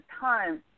time